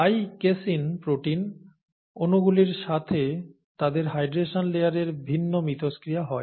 তাই casein protein অনুগুলির সাথে তাদের হাইড্রেশন লেয়ারের ভিন্ন মিথস্ক্রিয়া হয়